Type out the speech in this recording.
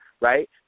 right